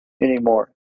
anymore